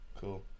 Cool